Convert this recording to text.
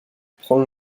prend